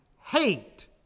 Hate